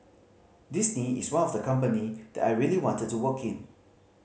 Disney is one of the company that I really wanted to work in